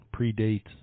predates